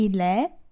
Ile